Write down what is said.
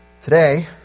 Today